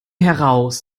heraus